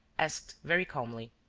asked, very calmly